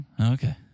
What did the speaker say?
Okay